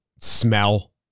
smell